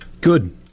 Good